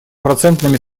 процентными